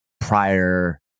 prior